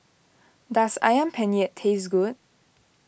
does Ayam Penyet taste good